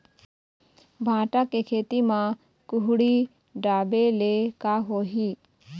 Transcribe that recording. भांटा के खेती म कुहड़ी ढाबे ले का होही?